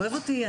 אוהב אותי,